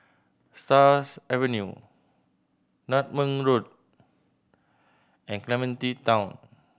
Stars Avenue Nutmeg Road and Clementi Town